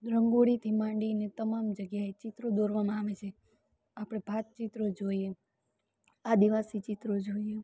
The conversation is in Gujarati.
રંગોળીથી માંડીને તમામ જગ્યાએ ચિત્રો દોરવામાં આવે છે આપણે ભાત ચિત્રો જોઈએ આદિવાસી ચિત્રો જોઈએ